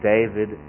David